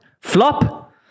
flop